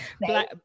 Black